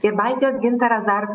ir baltijos gintaras dar